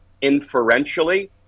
inferentially